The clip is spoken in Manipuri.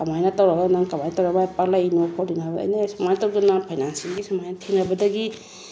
ꯀꯃꯥꯏꯅ ꯇꯧꯔꯒ ꯅꯪ ꯀꯃꯥꯏꯅ ꯇꯧꯔꯒ ꯄꯥꯛꯂꯛꯏꯅꯣ ꯈꯣꯠꯂꯤꯅꯣ ꯍꯥꯏꯕ ꯑꯩꯅ ꯑꯦ ꯁꯨꯃꯥꯏꯅ ꯇꯧꯗꯅ ꯐꯥꯏꯅꯥꯟꯁꯤꯑꯦꯜꯒꯤ ꯁꯨꯃꯥꯏꯅ ꯊꯦꯡꯅꯕꯗꯒꯤ